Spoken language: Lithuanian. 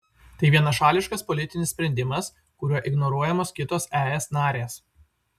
tai vienašališkas politinis sprendimas kuriuo ignoruojamos kitos es narės